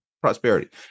prosperity